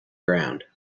ground